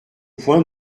point